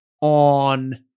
on